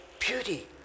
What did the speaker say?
beauty